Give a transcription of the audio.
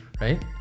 Right